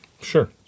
sure